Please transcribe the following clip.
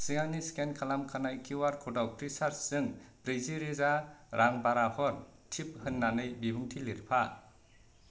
सिगांनि स्केन खालामखानाय किउआर क'डाव फ्रिसार्जजों ब्रैजि रोजा रां बारा हर टिप होननानै बिबुंथि लिरफा